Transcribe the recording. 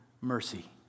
mercy